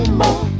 more